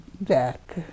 back